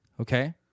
Okay